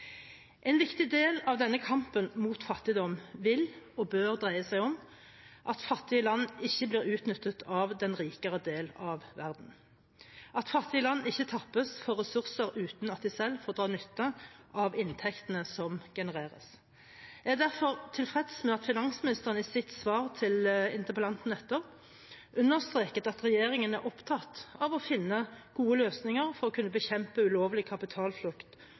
En viktig del av denne kampen mot fattigdom vil og bør dreie seg om at fattige land ikke blir utnyttet av den rikere del av verden, at fattige land ikke tappes for ressurser uten at de selv får dra nytte av inntektene som genereres. Jeg er derfor tilfreds med at finansministeren i sitt svar til interpellanten nettopp understreket at regjeringen er opptatt av å finne gode løsninger for å kunne bekjempe ulovlig kapitalflukt